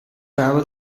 travel